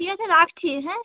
ঠিক আছে রাখছি হ্যাঁ